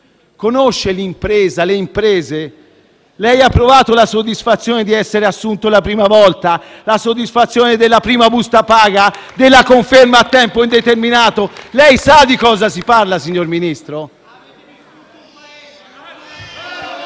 Conosce l'impresa, le imprese? Lei ha provato la soddisfazione di essere assunto la prima volta, la soddisfazione della prima busta paga, della conferma a tempo indeterminato? Lei sa di cosa si parla, signor Ministro?